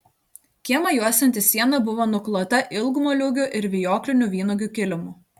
kiemą juosianti siena buvo nuklota ilgmoliūgių ir vijoklinių vynuogių kilimu